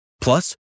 Plus